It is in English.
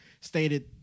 stated